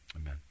Amen